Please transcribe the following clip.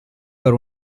per